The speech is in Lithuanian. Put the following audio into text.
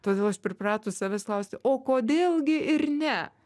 todėl aš pripratus savęs klausti o kodėl gi ir ne